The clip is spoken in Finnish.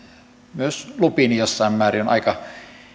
myös lupiini jossain määrin on aika